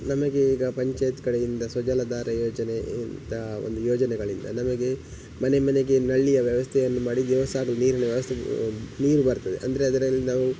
ನಮಗೆ ಈಗ ಪಂಚಾಯತ್ ಕಡೆಯಿಂದ ಸ್ವಜಲಧಾರೆ ಯೋಜನೆ ಇಂಥ ಒಂದು ಯೋಜನೆಗಳಿಂದ ನಮಗೆ ಮನೆ ಮನೆಗೆ ನಳ್ಳಿಯ ವ್ಯವಸ್ಥೆಯನ್ನು ಮಾಡಿ ದಿವಸಾಗಲೂ ನೀರಿನ ವ್ಯವಸ್ಥೆ ನೀರು ಬರ್ತದೆ ಅಂದರೆ ಅದರಲ್ಲಿ ನಾವು